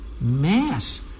mass